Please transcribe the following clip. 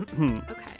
okay